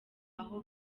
aho